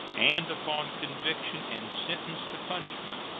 and, upon conviction and sentence to punishment,